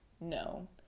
No